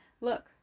look